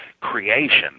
creation